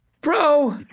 Bro